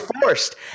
forced